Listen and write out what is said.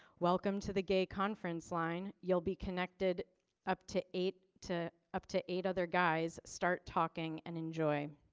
welcome to the gay conference line. you'll be connected up to eight to up to eight other guys start talking and enjoy.